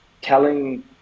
telling